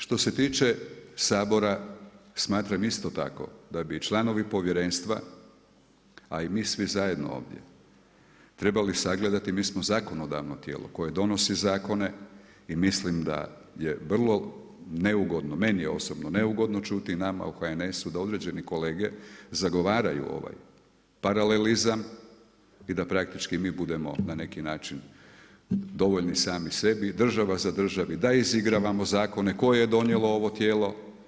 Što se tiče Sabora, smatram isto tako da bi i članovi povjerenstva a i mi svi zajedno ovdje trebali sagledati, mi smo zakonodavno tijelo koje donosi zakone i mislim da je vrlo neugodno, meni je osobno neugodno čuti i nama u HNS-u da određeni kolege zagovaraju ovaj paralelizam i da praktički mi budemo na neki način dovoljni sami sebi, država za državi, da izigravamo zakone koje je donijelo ovo tijelo.